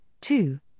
Two